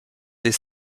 des